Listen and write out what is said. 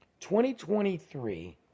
2023